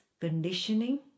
conditioning